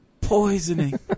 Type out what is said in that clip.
poisoning